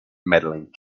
medaling